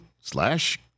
slash